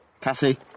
Cassie